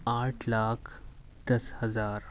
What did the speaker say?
آٹھ لاکھ دس ہزار